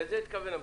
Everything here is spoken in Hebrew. לזה התכוון המשורר.